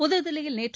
புதுதில்லியில்நேற்று